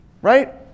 Right